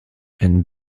and